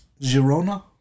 Girona